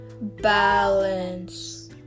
Balance